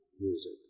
music